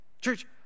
Church